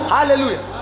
Hallelujah